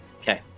Okay